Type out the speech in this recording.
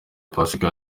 pasika